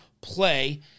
play